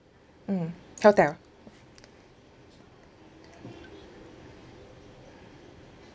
mm hotel